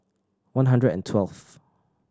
one hundred and twelfth